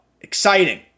exciting